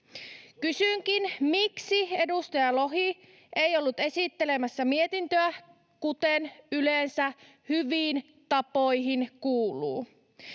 Kysynkin, miksi edustaja Lohi ei ollut esittelemässä mietintöä, kuten yleensä hyviin tapoihin kuuluu.